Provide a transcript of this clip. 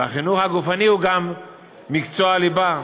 וחינוך גופני הוא גם מקצוע ליבה,